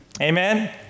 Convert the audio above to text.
Amen